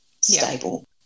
stable